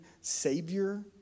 Savior